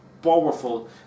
Powerful